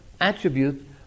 attribute